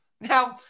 Now